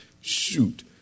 shoot